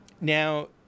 Now